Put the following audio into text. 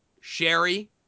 Sherry